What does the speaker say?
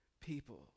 people